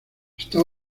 está